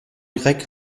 grecs